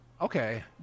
Okay